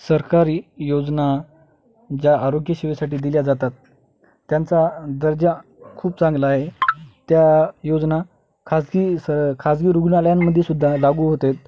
सरकारी योजना ज्या आरोग्यसेेवेसाठी दिल्या जातात त्यांचा दर्जा खूप चांगला आहे त्या योजना खााजगी स खााजगी रुग्णालयां मध्ये सुुद्धा लागू होतात